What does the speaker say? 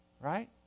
Right